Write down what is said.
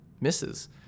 misses